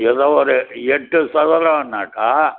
எதோ ஒரு எட்டு சதுரம்ன்னாக்கா